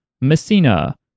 Messina